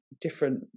different